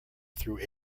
through